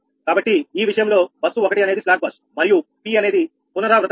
కాబట్టి ఈ విషయంలో బస్సు ఒకటి అనేది స్లాక్ బస్ మరియు P అనేది పునరావృత లెక్క